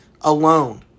alone